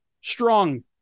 strong